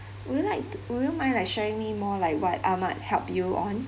would you like t~ would you mind like sharing me more like what ahmad helped you on